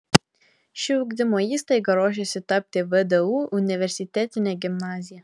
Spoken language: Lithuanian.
ši ugdymo įstaiga ruošiasi tapti vdu universitetine gimnazija